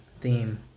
theme